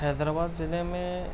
حیدر آباد ضلعے میں